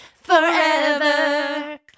forever